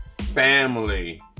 family